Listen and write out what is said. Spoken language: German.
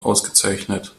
ausgezeichnet